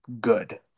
good